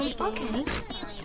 Okay